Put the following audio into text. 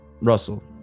Russell